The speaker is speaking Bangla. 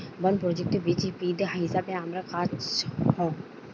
বন প্রযুক্তিবিদ হিসাবে আমার কাজ হ